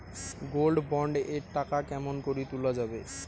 Gold bond এর টাকা কেমন করি তুলা যাবে?